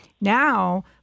Now